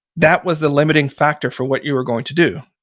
that was the limiting factor for what you were going to do.